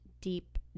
deep